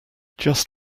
just